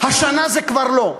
השנה זה כבר לא.